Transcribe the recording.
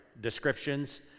descriptions